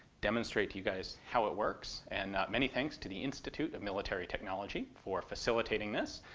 demonstrate to you guys how it works. and many thanks to the institute of military technology for facilitating this.